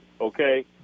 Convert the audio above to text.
okay